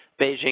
Beijing